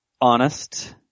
honest